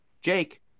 Jake